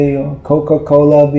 Coca-Cola